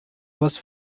was